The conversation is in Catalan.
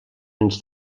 units